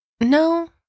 No